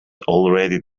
already